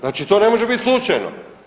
Znači to ne može bit slučajno.